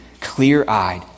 clear-eyed